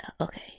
okay